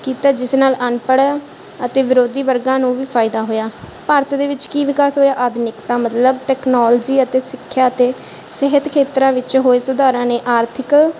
ਕੀਤਾ ਜਿਸ ਨਾਲ ਅਨਪੜ੍ਹ ਅਤੇ ਵਿਰੋਧੀ ਵਰਗਾਂ ਨੂੰ ਵੀ ਫਾਇਦਾ ਹੋਇਆ ਭਾਰਤ ਦੇ ਵਿੱਚ ਕੀ ਵਿਕਾਸ ਹੋਇਆ ਆਧੁਨਿਕਤਾ ਮਤਲਬ ਟੈਕਨੋਲਜੀ ਅਤੇ ਸਿੱਖਿਆ ਅਤੇ ਸਿਹਤ ਖੇਤਰਾਂ ਵਿੱਚ ਹੋਏ ਸੁਧਾਰਾਂ ਨੇ ਆਰਥਿਕ